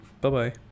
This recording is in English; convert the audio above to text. Bye-bye